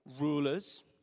rulers